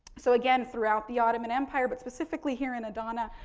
so again, throughout the ottoman empire, but, specifically here in adana,